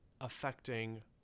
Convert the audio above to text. affecting